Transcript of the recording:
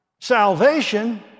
salvation